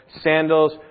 sandals